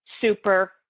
super